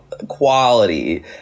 quality